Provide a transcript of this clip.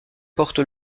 porte